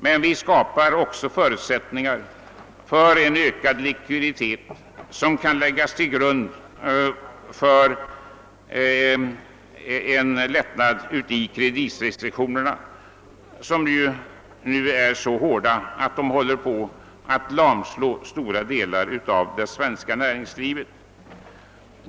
Men det skapas också förutsättningar för en ökad likviditet, som kan läggas till grund för lättnader i kreditrestriktionerna, vilka nu är så hårda att de håller på att lamslå stora delar av det svenska näringslivet.